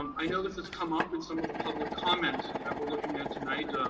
um i know this has come up in some of the public comments that we're looking at tonight.